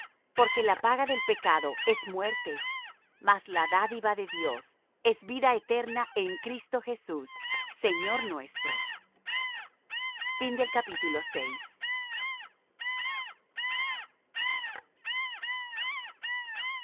porque la paga del pecado es muerte mas la dádiva de dios es vida eterna en cristo jesús señor nuestro